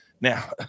Now